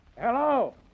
Hello